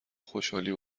خوشحالی